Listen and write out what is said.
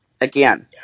Again